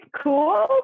cool